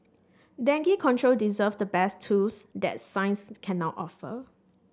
dengue control deserves the best tools that science can now offer